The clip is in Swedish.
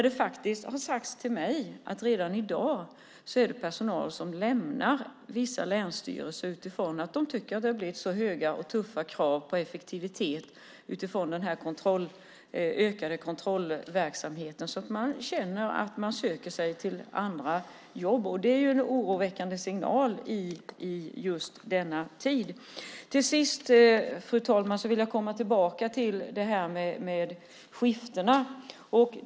Det har sagts mig att personal redan i dag lämnar vissa länsstyrelser då kraven på effektivitet blivit högre och tuffare på grund av den ökade kontrollverksamheten. De söker sig till andra jobb, vilket är en oroväckande signal i dessa tider. Slutligen, fru talman, vill jag komma tillbaka till skiftena.